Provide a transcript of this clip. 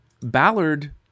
Ballard